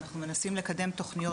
אנחנו מנסים לקדם תוכניות,